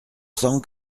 sang